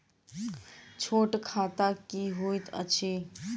छोट खाता की होइत अछि